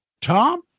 Tom